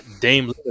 Dame